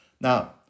Now